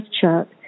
chart